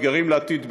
אתגרים לעתיד,